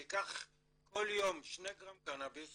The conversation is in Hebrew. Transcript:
אני אקח כל יום שני גרם קנאביס